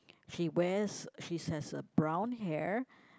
she wears she has a brown hair